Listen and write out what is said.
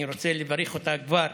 אני רוצה לברך אותה כבר